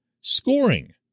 scoring